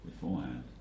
beforehand